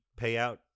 payout